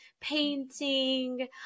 painting